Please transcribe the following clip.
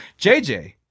JJ